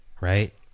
Right